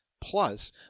Plus